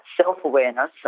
self-awareness